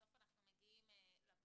בסוף אנחנו מגיעים לפתרונות.